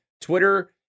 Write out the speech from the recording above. Twitter